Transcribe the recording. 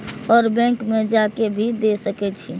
और बैंक में जा के भी दे सके छी?